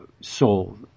soul